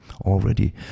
already